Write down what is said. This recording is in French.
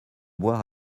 boire